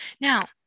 Now